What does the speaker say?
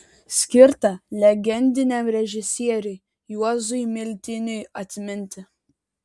skirta legendiniam režisieriui juozui miltiniui atminti